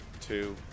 Two